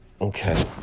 Okay